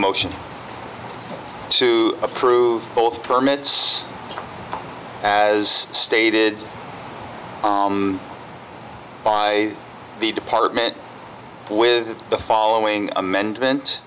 motion to approve both permits as stated by the department with the following amendment